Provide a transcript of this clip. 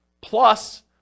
plus